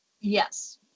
Yes